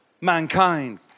mankind